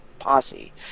posse